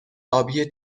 آبی